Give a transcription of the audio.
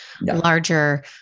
larger